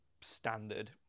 standard